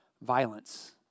violence